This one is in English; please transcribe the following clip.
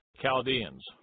Chaldeans